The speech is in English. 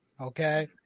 Okay